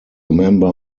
member